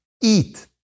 Eat